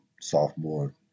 sophomore